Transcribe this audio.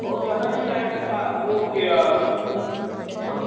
बहुत ज़्यादा नहीं आएगा सा वो हाँ